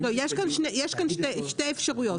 יש כאן שתי אפשרויות.